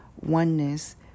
oneness